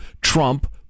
Trump